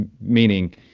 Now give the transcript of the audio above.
meaning